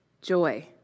joy